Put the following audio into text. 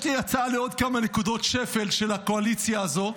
יש לי הצעה לעוד כמה נקודות שפל של הקואליציה הזו,